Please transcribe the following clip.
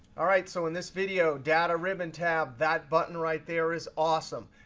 all right. so in this video, data ribbon tab that button right there is awesome.